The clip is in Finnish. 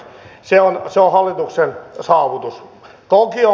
se on hallituksen saavutus